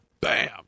bam